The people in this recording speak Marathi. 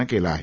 नं केला आहे